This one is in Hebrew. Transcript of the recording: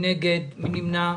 הצבעה הצו אושר.